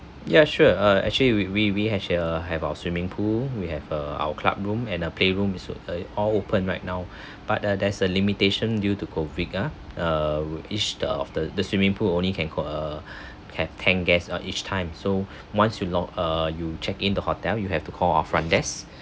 ya sure uh actually we we we has a have our swimming pool we have a our club room and a playroom is uh all open right now but uh there's a limitation due to COVID ah uh each of the the swimming pool only can ca~ uh can ten guests ah each time so once you log uh you check in the hotel you have to call our front desk